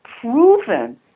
proven